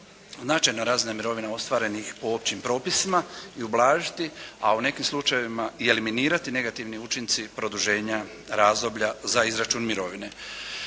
značajne razine mirovine ostvarenih po općim propisima i ublažiti, a u nekim slučajevima i eliminirati negativni učinci produženja razdoblja za izračun mirovine.